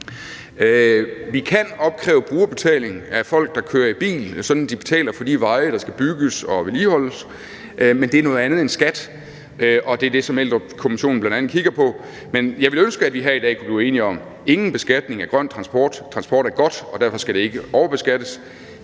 Vi kan opkræve brugerbetaling af folk, der kører i bil, sådan at de betaler for de veje, der skal bygges og vedligeholdes, men det er noget andet end skat, og det er det, som Eldrupkommissionen bl.a. kigger på. Men jeg ville ønske, at vi her i dag kunne blive enige om, at der ikke skulle være nogen beskatning af grøn transport, for transport er godt, og derfor skal det ikke overbeskattes.